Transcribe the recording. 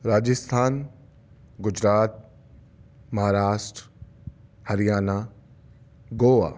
Rajasthan Gujarat Maharashtra Haryana Goa